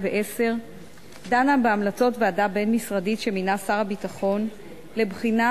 דנה בהמלצות ועדה בין-משרדית שמינה שר הביטחון לבחינת